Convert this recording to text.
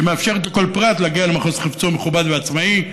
שמאפשרת לכל פרט להגיע למחוז חפצו מכובד ועצמאי.